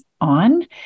on